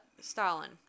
Stalin